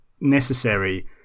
necessary